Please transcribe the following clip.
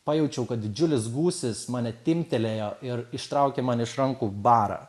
pajaučiau kad didžiulis gūsis mane timptelėjo ir ištraukė man iš rankų barą